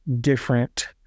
different